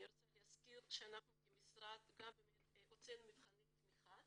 אני רוצה להזכיר שאנחנו כמשרד הוצאנו מבחני תמיכה